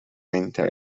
winter